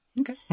Okay